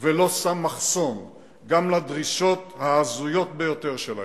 ולא שם מחסום גם לדרישות ההזויות ביותר שלהם.